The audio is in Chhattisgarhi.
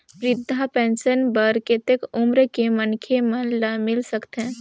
वृद्धा पेंशन बर कतेक उम्र के मनखे मन ल मिल सकथे?